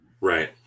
Right